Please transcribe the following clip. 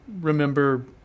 remember